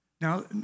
Now